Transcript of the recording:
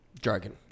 jargon